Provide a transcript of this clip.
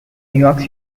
york